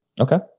Okay